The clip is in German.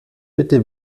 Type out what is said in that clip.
bitte